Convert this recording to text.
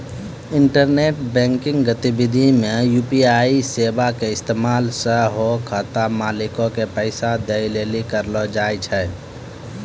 internet banking गतिविधि मे UPI सेबा के इस्तेमाल सेहो खाता मालिको के पैसा दै लेली करलो जाय छै